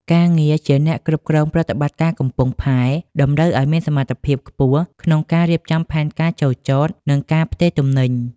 ការងារជាអ្នកគ្រប់គ្រងប្រតិបត្តិការកំពង់ផែ តម្រូវឱ្យមានសមត្ថភាពខ្ពស់ក្នុងការរៀបចំផែនការចូលចត និងការផ្ទេរទំនិញ។